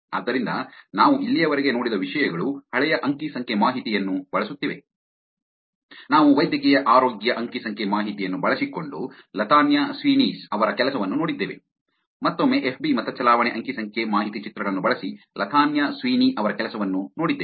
ಆದ್ದರಿಂದ ನಾವು ಇಲ್ಲಿಯವರೆಗೆ ನೋಡಿದ ವಿಷಯಗಳು ಹಳೆಯ ಅಂಕಿ ಸಂಖ್ಯೆ ಮಾಹಿತಿಯನ್ನು ಬಳಸುತ್ತಿವೆ ನಾವು ವೈದ್ಯಕೀಯ ಆರೋಗ್ಯ ಅಂಕಿ ಸಂಖ್ಯೆ ಮಾಹಿತಿಯನ್ನು ಬಳಸಿಕೊಂಡು ಲತಾನ್ಯಾ ಸ್ವೀನಿ Latanya Sweeneys ಅವರ ಕೆಲಸವನ್ನು ನೋಡಿದ್ದೇವೆ ಮತ್ತೊಮ್ಮೆ ಎಫ್ ಬಿ ಮತಚಲಾವಣೆ ಅಂಕಿ ಸಂಖ್ಯೆ ಮಾಹಿತಿ ಚಿತ್ರಗಳನ್ನು ಬಳಸಿ ಲತಾನ್ಯಾ ಸ್ವೀನಿ Latanya Sweeneys ಅವರ ಕೆಲಸವನ್ನು ನೋಡಿದ್ದೇವೆ